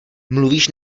mluvíš